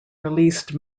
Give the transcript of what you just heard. released